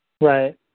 Right